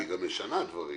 שהיא גם משנה דברים.